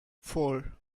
four